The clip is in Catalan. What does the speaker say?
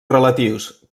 relatius